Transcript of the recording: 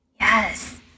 Yes